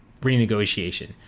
renegotiation